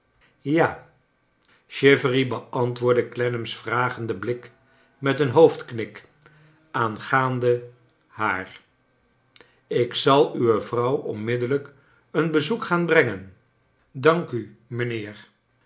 ja chivery beantwoordde clennam s vragenden blik met een hoofdknik aangaande h a a r ik zai uwe vrouw onmiddellijk een bezoek gaan brengen dank u mijnheer